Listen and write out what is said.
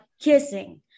kissing